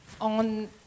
on